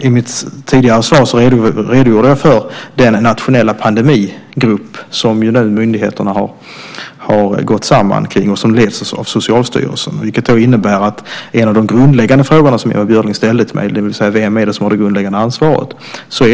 I mitt tidigare svar redogjorde jag för den nationella pandemigrupp som myndigheterna har gått samman kring och som leds av Socialstyrelsen. En av de grundläggande frågorna är den som Ewa Björling ställde till mig, det vill säga vem som har det grundläggande ansvaret.